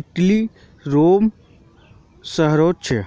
इटलीर रोम शहरोत छे